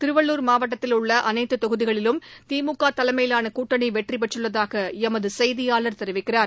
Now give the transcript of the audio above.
திருவள்ளுர் மாவட்டத்தில் உள்ள அனைத்து தொகுதிகளிலும் திமுக தலைமையிலான கூட்டணி வெற்றி பெற்றுள்ளதாக எமது செய்தியாளர் தெரிவிக்கிறார்